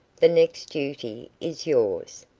the next duty is yours.